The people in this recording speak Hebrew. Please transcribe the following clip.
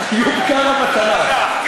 איוב קרא בתנ"ך.